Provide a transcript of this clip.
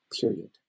period